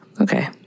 Okay